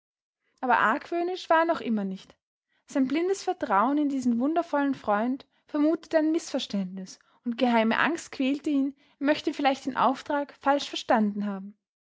aber argwöhnisch war er noch immer nicht sein blindes vertrauen in diesen wundervollen freund vermutete ein mißverständnis und geheime angst quälte ihn er möchte vielleicht den auftrag falsch verstanden haben